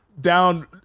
down